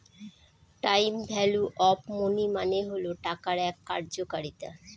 time value of money মানে হল টাকার এক কার্যকারিতা